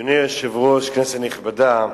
אדוני היושב-ראש, כנסת נכבדה,